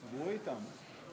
דיברו אתם.